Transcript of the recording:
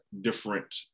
different